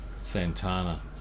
Santana